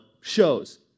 shows